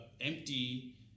empty